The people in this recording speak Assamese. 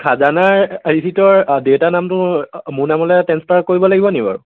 খাজানাৰ ৰিচিটত দেউতাৰ নামটো মোৰ নামলৈ ট্ৰেঞ্চষ্টাৰ কৰিব লাগিব নেকি বাৰু